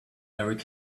erik